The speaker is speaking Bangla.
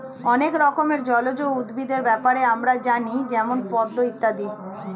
অনেক রকমের জলজ উদ্ভিদের ব্যাপারে আমরা জানি যেমন পদ্ম ইত্যাদি